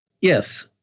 Yes